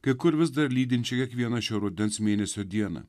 kai kur vis dar lydinčių kiekvieną šio rudens mėnesio dieną